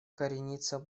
коренится